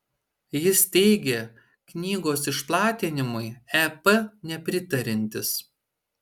jis teigė knygos išplatinimui ep nepritariantis